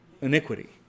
iniquity